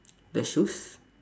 the shoes